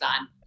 on